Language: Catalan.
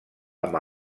amb